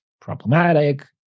problematic